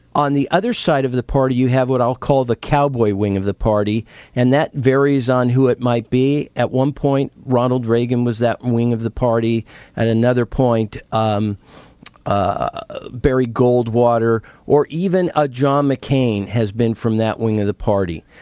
on the other side of the party you have what i'll call the cowboy wing of the party and that varies on who it might be. at one point ronald reagan was that wing of the party at another point, um ah barry goldwater or even a john mccain has been from that wing of the party.